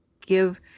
give